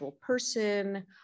person